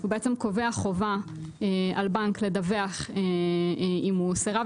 הוא קובע חובה על בנק לדווח אם הוא סירב